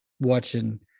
watching